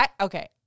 okay